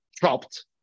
dropped